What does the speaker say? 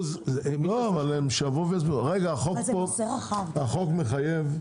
--- רגע, החוק חייב?